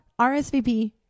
RSVP